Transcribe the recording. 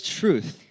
truth